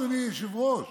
אדוני היושב-ראש?